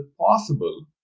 possible